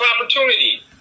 opportunity